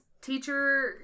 teacher